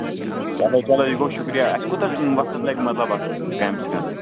چلو چلو یہِ گوٚو شُکرِیہ اَسہِ کوٗتاہ وقت لگہِ مطلب اَتھ کامہِ سۭتۍ